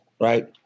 right